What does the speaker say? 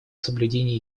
соблюдения